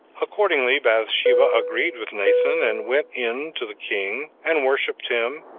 accordingly bathsheba agreed with nathan, and went in to the king and worshipped him,